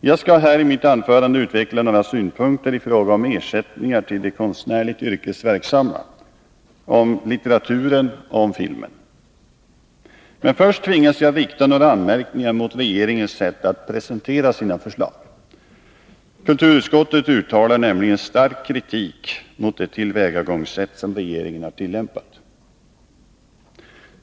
Jag skall i mitt anförande utveckla några synpunkter i fråga om ersättningar till de konstnärligt yrkesverksamma, om litteraturen och om filmen. Först tvingas jag rikta några anmärkningar mot regeringens sätt att presentera sina förslag. Kulturutskottet uttalar nämligen stark kritik mot det tillvägagångssätt som regeringen har tillämpat.